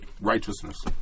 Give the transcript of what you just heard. Righteousness